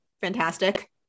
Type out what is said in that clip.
Fantastic